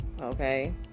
okay